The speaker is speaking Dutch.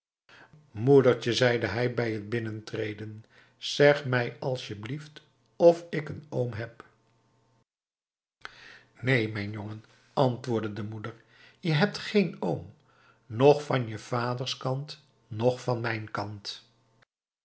moedertje zeide hij bij t binnentreden zeg mij asjeblieft of ik een oom heb neen mijn jongen antwoordde de moeder je hebt geen oom noch van je vaders kant noch van mijn kant